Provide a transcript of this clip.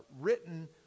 written